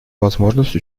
возможность